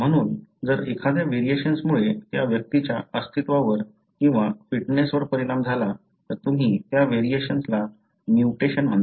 म्हणून जर एखाद्या व्हेरिएशन्समुळे त्या व्यक्तीच्या अस्तित्वावर किंवा फिटनेसवर परिणाम झाला तर तुम्ही त्या व्हेरिएशनला म्युटेशन्स म्हणता